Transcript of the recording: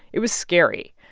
it was scary.